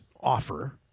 offer